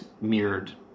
mirrored